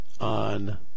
on